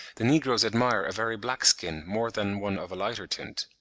the negroes admire a very black skin more than one of a lighter tint.